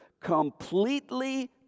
completely